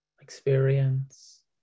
experience